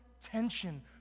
tension